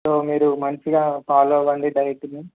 so మీరు మంచిగా follow అవ్వండి డైట్ని